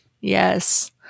yes